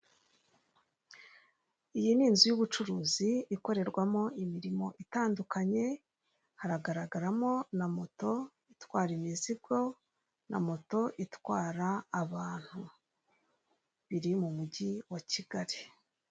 Iyi ni inzu y'ubucuruzi ikorerwamo imirimo itandukanye, haragaragaramo na moto itwara imizigo, na moto itwara abantu. Biri mu mujyi wa kigali.